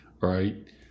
Right